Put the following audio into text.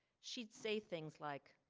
she'd say things like,